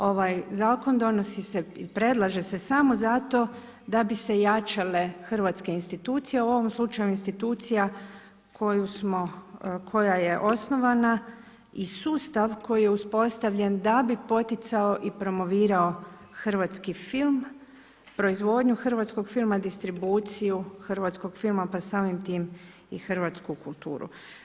Ovaj zakon donosi se i predlaže se samo zato da bi se jačale hrvatske institucije, u ovom slučaju institucija koja je osnovana i sustav koji je uspostavljen da bi poticao i promovirao hrvatski film, proizvodnju hrvatskog filma, distribuciju hrvatskog filma pa samim tim i hrvatsku kulturu.